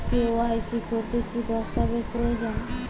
KYC করতে কি দস্তাবেজ প্রয়োজন?